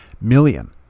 million